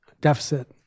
deficit